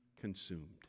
consumed